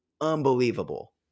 unbelievable